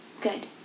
good